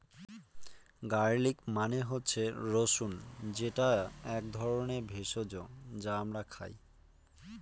garlic মানে হচ্ছে রসুন যেটা এক ধরনের ভেষজ যা আমরা খাই